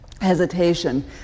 hesitation